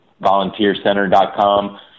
volunteercenter.com